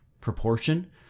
proportion